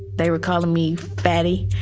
they were calling me betty.